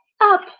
up